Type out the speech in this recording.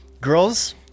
girls